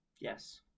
Yes